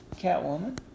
Catwoman